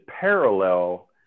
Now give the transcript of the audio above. parallel